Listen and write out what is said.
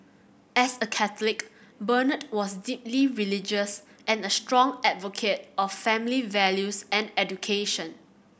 as a Catholic Bernard was deeply religious and a strong advocate of family values and education